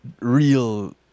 real